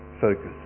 focus